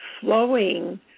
flowing